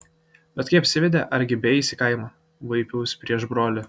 bet kai apsivedė argi beeis į kaimą vaipiaus prieš brolį